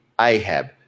Ahab